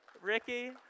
Ricky